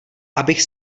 abych